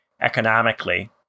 economically